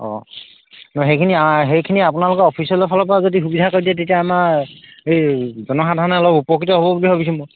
অঁ নহয় সেইখিনি সেইখিনি আপোনালোকে অফিচৰফালৰপৰাও যদি সুবিধা কৰি দিয়ে তেতিয়া আমাৰ এই জনসাধাৰণে অলপ উপকৃত হ'ব বুলি ভাবিছোঁ মই